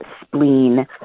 spleen